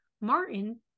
martin